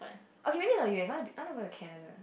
okay maybe not u_s I want~ I wanna go to Canada